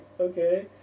okay